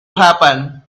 happen